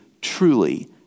truly